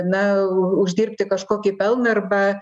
na uždirbti kažkokį pelną arba